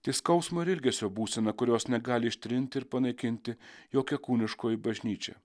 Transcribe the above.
tai skausmo ir ilgesio būsena kurios negali ištrinti ir panaikinti jokia kūniškoji bažnyčia